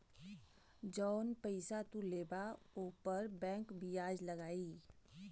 जौन पइसा तू लेबा ऊपर बैंक बियाज लगाई